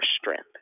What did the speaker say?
strength